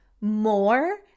more